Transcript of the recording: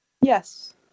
Yes